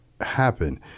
happen